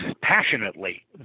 passionately